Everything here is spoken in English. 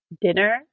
Dinner